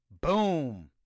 Boom